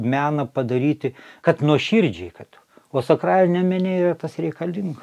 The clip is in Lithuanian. meną padaryti kad nuoširdžiai kad o sakraliniame mene yra tas reikalinga